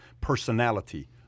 personality